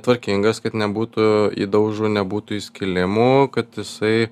tvarkingas kad nebūtų įdaužų nebūtų įskilimų kad jisai